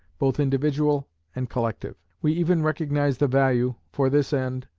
both individual and collective. we even recognize the value, for this end,